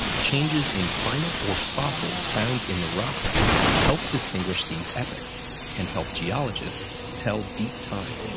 changes in climate or fossils found in the rock record help distinguish these epochs and help geologists tell deep time.